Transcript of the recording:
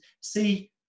see